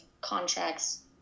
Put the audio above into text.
contracts